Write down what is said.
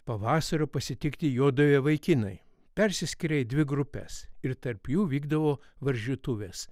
pavasario pasitikti jodavę vaikinai persiskyrę į dvi grupes ir tarp jų vykdavo varžytuvės